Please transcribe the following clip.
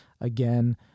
again